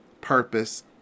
Purpose